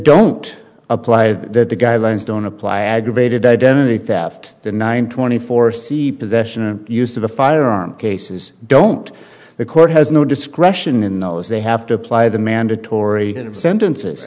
don't apply that the guidelines don't apply aggravated identity theft to nine twenty four c possession and use of a firearm cases don't the court has no discretion in those they have to apply the mandatory sentences